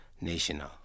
national